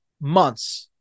months